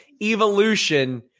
Evolution